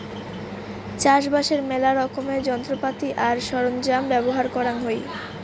চাষবাসের মেলা রকমের যন্ত্রপাতি আর সরঞ্জাম ব্যবহার করাং হই